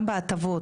גם בהטבות,